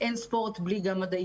אין ספורט בלי מדע.